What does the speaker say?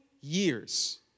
years